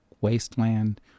wasteland